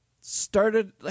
started